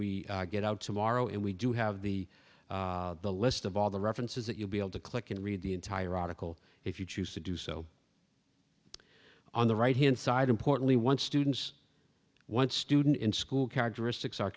we get out tomorrow and we do have the the list of all the references that you'll be able to click and read the entire article if you choose to do so on the right hand side importantly one students one student in school characteristics are